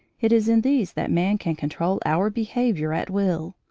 it is in these that man can control our behaviour at will.